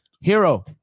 hero